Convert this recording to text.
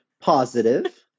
positive